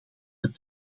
het